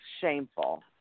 shameful